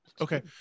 Okay